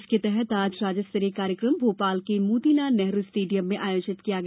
इसके तहत आज राज्य स्तरीय कार्यक्रम भोपाल के मोतीलाल नेहरू स्टेडियम में आयोजित किया गया